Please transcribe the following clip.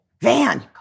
Van